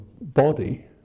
body